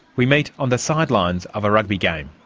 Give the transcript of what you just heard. we meet on the sidelines of a rugby game.